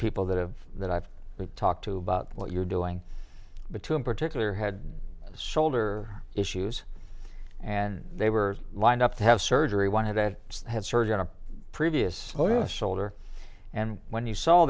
people that have that i've talked to about what you're doing between particular had shoulder issues and they were lined up to have surgery one of that had surgery on a previous oh yes shoulder and when you saw